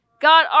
God